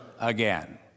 again